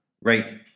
Right